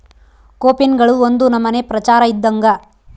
ಕೋಪಿನ್ಗಳು ಒಂದು ನಮನೆ ಪ್ರಚಾರ ಇದ್ದಂಗ